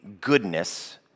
goodness